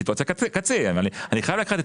סיטואציית קצה אבל אני חייב לקחת את